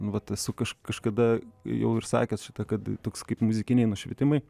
vat su kaž kažkada jau ir sakėt šitą kad toks kaip muzikiniai nušvitimai